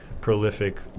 prolific